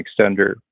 extender